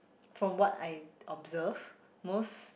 from what I observe most